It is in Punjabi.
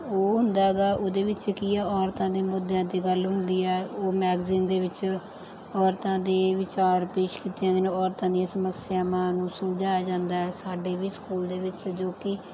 ਉਹ ਹੁੰਦਾ ਹੈਗਾ ਉਹਦੇ ਵਿੱਚ ਕੀ ਆ ਔਰਤਾਂ ਦੇ ਮੁੱਦਿਆਂ 'ਤੇ ਗੱਲ ਹੁੰਦੀ ਆ ਉਹ ਮੈਗਜ਼ੀਨ ਦੇ ਵਿੱਚ ਔਰਤਾਂ ਦੇ ਵਿਚਾਰ ਪੇਸ਼ ਕੀਤੇ ਜਾਂਦੇ ਨੇ ਔਰਤਾਂ ਦੀਆਂ ਸਮੱਸਿਆਵਾਂ ਨੂੰ ਸੁਲਝਾਇਆ ਜਾਂਦਾ ਸਾਡੇ ਵਿੱਚ ਸਕੂਲ ਦੇ ਵਿੱਚ ਜੋ ਕਿ